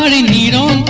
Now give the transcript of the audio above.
um a needle